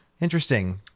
Interesting